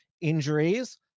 injuries